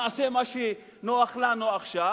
נעשה מה שנוח לנו עכשיו,